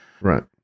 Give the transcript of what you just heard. Right